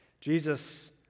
Jesus